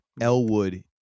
Elwood